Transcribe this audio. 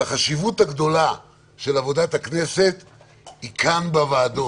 החשיבות הגדולה של עבודת הכנסת היא כאן בוועדות.